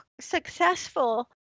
successful